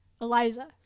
eliza